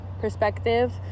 perspective